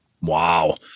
Wow